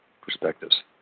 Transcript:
perspectives